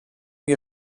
wir